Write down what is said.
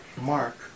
Mark